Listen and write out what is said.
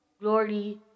glory